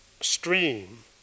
stream